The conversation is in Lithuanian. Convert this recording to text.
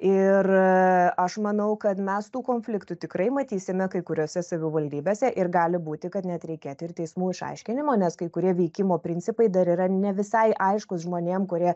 ir aš manau kad mes tų konfliktų tikrai matysime kai kuriose savivaldybėse ir gali būti kad nereikėti ir teismų išaiškinimo nes kai kurie veikimo principai dar yra ne visai aiškūs žmonėm kurie